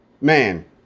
Man